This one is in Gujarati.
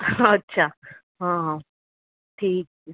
અહ અચ્છા હં હં ઠીક